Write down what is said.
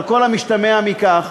על כל המשתמע מכך.